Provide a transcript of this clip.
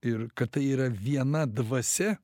ir kad tai yra viena dvasia